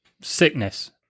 sickness